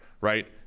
right